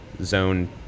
zone